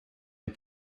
les